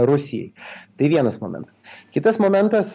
rusijai tai vienas momentas kitas momentas